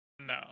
no